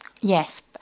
Yes